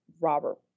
Robert